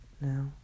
now